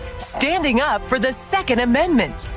standing up for the second amendment.